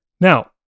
Now